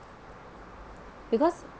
because